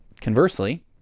Conversely